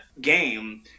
game